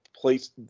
Place